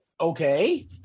Okay